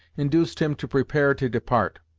induced him to prepare to depart.